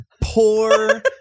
poor